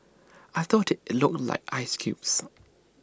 I thought IT looked like ice cubes